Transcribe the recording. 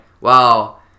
wow